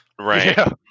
Right